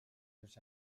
els